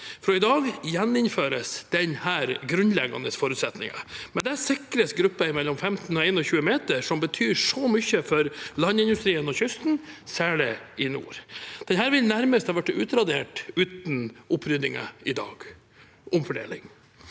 Fra i dag gjeninnføres denne grunnleggende forutsetningen. Med det sikres gruppen mellom 15 og 21 meter, som betyr så mye for landindustrien og kysten, særlig i nord. Denne ville nærmest vært utradert uten oppryddingen i dag – omfordeling.